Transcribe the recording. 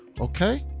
Okay